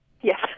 Yes